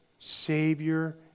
Savior